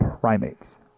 primates